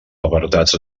apartats